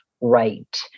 right